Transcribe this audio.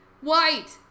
white